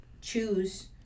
choose